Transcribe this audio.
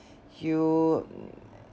you